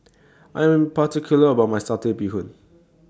I Am particular about My Satay Bee Hoon